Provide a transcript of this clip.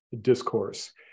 discourse